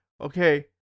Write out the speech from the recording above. Okay